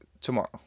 tomorrow